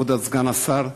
כבוד סגן השר,